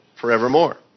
forevermore